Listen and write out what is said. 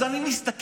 אז אני מסתכל,